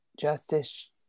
Justice